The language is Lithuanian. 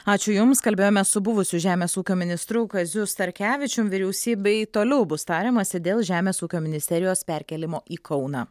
ačiū jums kalbėjome su buvusiu žemės ūkio ministru kaziu starkevičium vyriausybėj toliau bus tariamasi dėl žemės ūkio ministerijos perkėlimo į kauną